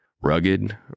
Rugged